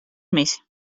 més